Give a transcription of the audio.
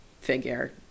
figure